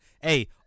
Hey